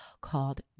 called